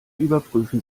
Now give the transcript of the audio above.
überprüfen